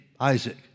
Isaac